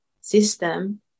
system